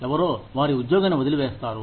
ఎవరో వారి ఉద్యోగాన్ని వదిలివేస్తారు